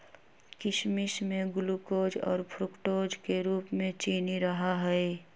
किशमिश में ग्लूकोज और फ्रुक्टोज के रूप में चीनी रहा हई